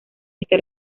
este